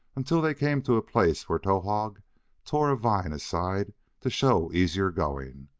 until they came to a place where towahg tore a vine aside to show easier going,